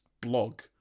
blog